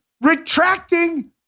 retracting